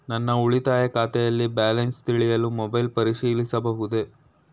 ನನ್ನ ಉಳಿತಾಯ ಖಾತೆಯಲ್ಲಿ ಬ್ಯಾಲೆನ್ಸ ತಿಳಿಯಲು ಮೊಬೈಲ್ ಪರಿಶೀಲಿಸಬಹುದೇ?